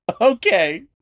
Okay